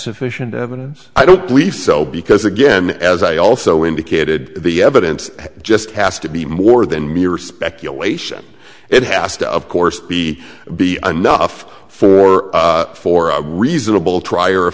sufficient evidence i don't believe so because again as i also indicated the evidence just has to be more than mere speculation it has to of course be be enough for for a reasonable tr